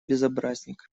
безобразник